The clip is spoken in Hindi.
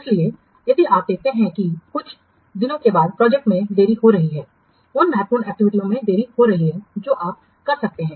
इसलिए यदि आप देखते हैं कि कुछ दिनों के बाद प्रोजेक्ट में देरी हो रही है उन महत्वपूर्ण एक्टिविटीयों में देरी हो रही है जो आप कर सकते हैं